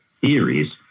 theories